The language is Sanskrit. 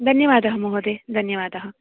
धन्यवादः महोदयः धन्यवादः